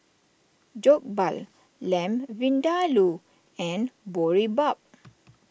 Jokbal Lamb Vindaloo and Boribap